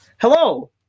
hello